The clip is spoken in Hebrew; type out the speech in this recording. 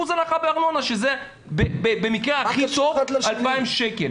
הנחה בארנונה שזה במקרה הכי טוב 2,000 שקל.